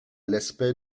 l’aspect